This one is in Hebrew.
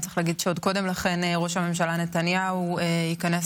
אני מחדש את הישיבה, ואני מתכבד